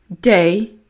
day